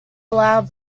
allow